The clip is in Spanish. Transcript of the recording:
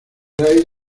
grace